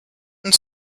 and